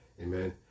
Amen